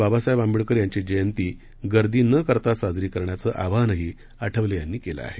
बाबासाहेब आंबेडकर यांची जयंती गर्दी न करता साजरी करण्याचं आवाहनही आठवले यांनी केलं आहे